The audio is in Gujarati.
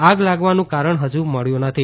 આગ લાગવાનું કારણ હજુ મળ્યુ નથી